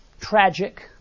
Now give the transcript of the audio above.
tragic